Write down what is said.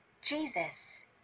Jesus